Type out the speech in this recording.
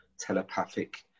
Telepathic